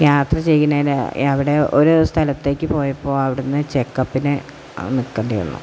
യാത്ര ചെയ്യുന്നതിന് അവിടെ ഒരു സ്ഥലത്തേക്ക് പോയപ്പോൾ അവിടെ നിന്ന് ചെക്കപ്പിന് നിൽക്കേണ്ടി വന്നു